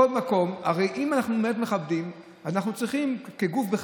הרי אם אנחנו באמת מכבדים, אנחנו צריכים, זה